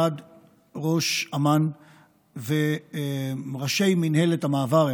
1. ראש אמ"ן וראשי מינהלת המעבר,